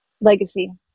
legacy